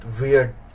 weird